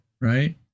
Right